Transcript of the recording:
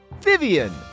Vivian